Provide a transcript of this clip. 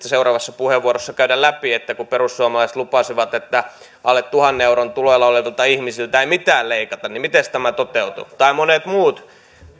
seuraavassa puheenvuorossa käydä läpi että kun perussuomalaiset lupasivat että alle tuhannen euron tuloilla olevilta ihmisiltä ei mitään leikata niin mites tämä toteutui tai monet muut